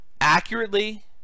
accurately